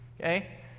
Okay